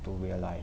to real life